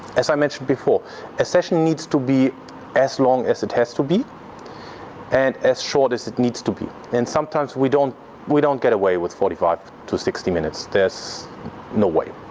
as i mentioned before a session needs to be as long as it has to be and as short as it needs to be. and sometimes we don't we don't get away with forty five to sixty minutes there's no way.